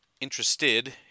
interested